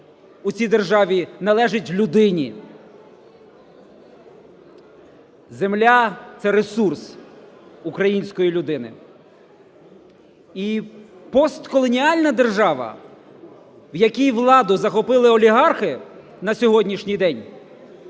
цій державі належить людині. Земля – це ресурс української людини. І постколоніальна держава, в якій владу захопили олігархи на сьогоднішній день,